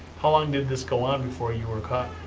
how long did this go on before you were caught?